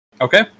Okay